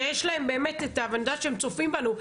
שאני יודעת שצופים בנו,